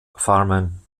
farmen